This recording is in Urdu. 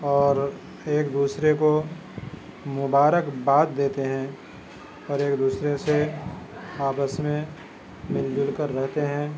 اور ایک دوسرے کو مبارکباد دیتے ہیں اور ایک دوسرے سے آپس میں مل جل کر رہتے ہیں